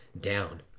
down